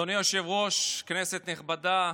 אדוני היושב-ראש, כנסת נכבדה,